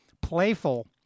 playful